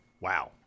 Wow